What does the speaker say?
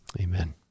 amen